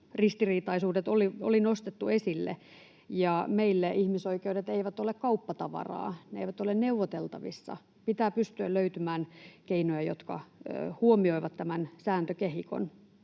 ristiriitaisuudet oli nostettu esille. Meille ihmisoikeudet eivät ole kauppatavaraa, ne eivät ole neuvoteltavissa. Pitää pystyä löytymään keinoja, jotka huomioivat tämän sääntökehikon.